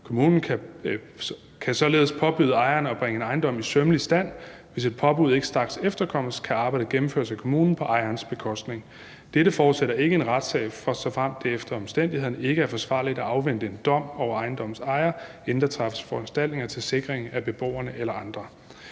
Kommunen kan således påbyde ejeren at bringe en ejendom i sømmelig stand. Hvis et påbud ikke straks efterkommes, kan arbejdet gennemføres af kommunen på ejerens bekostning. Dette forudsætter ikke en retssag, såfremt det efter omstændighederne ikke er forsvarligt at afvente en dom over ejendommens ejer, inden der træffes foranstaltninger til sikring af beboerne eller andre.